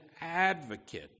advocate